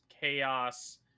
chaos